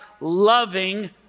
loving